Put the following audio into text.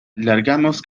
largamos